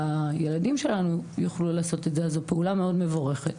שהילדים שלנו יוכלו לעשות את זה אז זו פעולה מאוד מבורכת.